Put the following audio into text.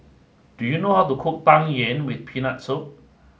do you know how to cook Tang Yuen with Peanut Soup